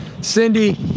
Cindy